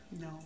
No